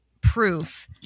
proof